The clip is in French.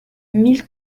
mille